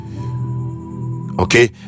okay